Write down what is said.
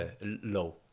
low